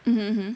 mm mm